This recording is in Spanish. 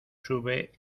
sube